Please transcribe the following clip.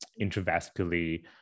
intravascularly